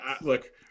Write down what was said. Look